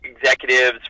executives